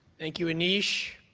thank you anish,